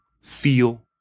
feel